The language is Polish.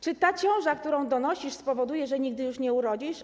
Czy ta ciąża, którą donosisz, spowoduje, że nigdy już nie urodzisz?